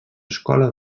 escola